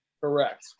Correct